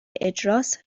اجراست